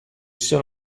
sia